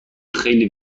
خیلی